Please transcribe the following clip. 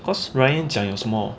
because ryan 讲有什么